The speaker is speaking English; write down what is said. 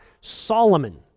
Solomon